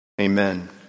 Amen